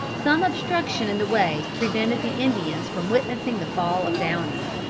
some obstruction in the way prevented the indians from witnessing the fall of downing.